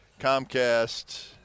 Comcast